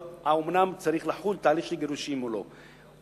האומנם צריך לחול תהליך של גירושים או לא.